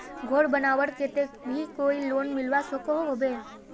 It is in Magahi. घोर बनवार केते भी कोई लोन मिलवा सकोहो होबे?